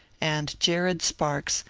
and jared sparks,